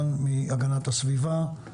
תודה.